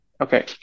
Okay